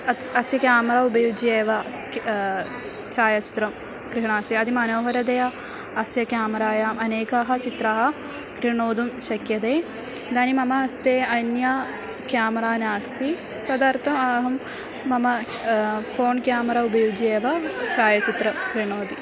अतः अस्य केमरा उपयुज्य एव कि छायाचित्रं गृह्णासि अतिमनोहरतया अस्य केमरायाम् अनेकाः चित्राः क्रेतुं शक्यते इदानीं मम हस्ते अन्या क्यामरा नास्ति तदर्थम् अहं मम फ़ोण् केमेरा उपयुज्य एव छायाचित्रं क्रीणाति